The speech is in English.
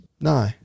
No